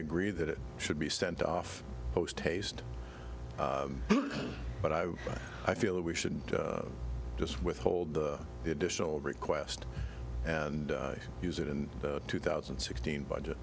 agree that it should be sent off post haste but i i feel that we should just withhold the additional request and use it in two thousand and sixteen budget